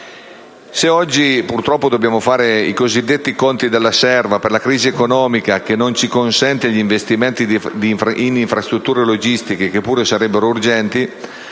Se oggi dobbiamo fare i cosiddetti conti della serva per la crisi economica che non ci consente di investire in infrastrutture logistiche, che pure sarebbero urgenti,